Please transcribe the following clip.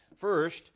First